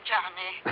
Johnny